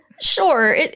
Sure